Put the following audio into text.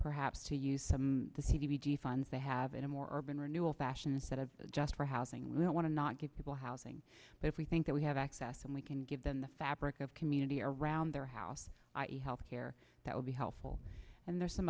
funds they have in a more urban renewal fashion instead of just for housing we don't want to not give people housing but if we think that we have access and we can give them the fabric of community around their house health care that would be helpful and there's some